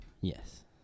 Yes